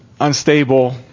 unstable